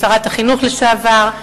שרת החינוך לשעבר,